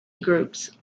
groups